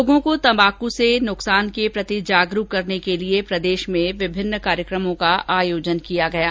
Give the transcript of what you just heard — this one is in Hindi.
लोगों को तंबाकू से नुकसान के प्रति जागरूक करने के लिये प्रदेश में विभिन्न कार्यक्रमो का आयोजन किया जा रहा है